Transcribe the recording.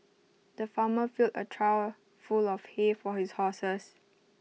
the farmer filled A trough full of hay for his horses